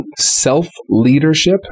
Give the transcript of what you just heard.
self-leadership